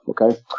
okay